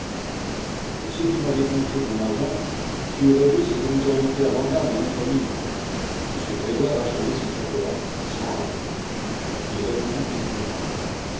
et si tu m'avais confié ton argent tu aurais vu ce que nous aurions fait à vandame dans notre mine m grégoire achevait son chocolat sans hâte il répondit paisiblement